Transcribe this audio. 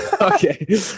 Okay